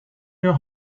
your